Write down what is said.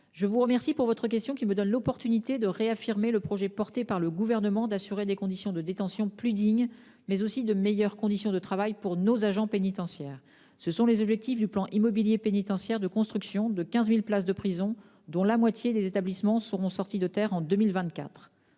Il vous en remercie, car elle lui donne l'occasion de réaffirmer le projet porté par le Gouvernement de mettre en oeuvre des conditions de détention plus dignes, mais aussi de meilleures conditions de travail pour nos agents pénitentiaires. Ce sont les objectifs du plan immobilier pénitentiaire, qui prévoit la construction de 15 000 places de prison. La moitié des établissements seront sortis de terre en 2024.